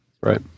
Right